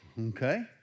okay